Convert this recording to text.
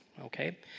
Okay